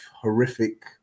horrific